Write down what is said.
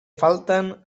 faltan